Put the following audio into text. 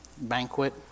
banquet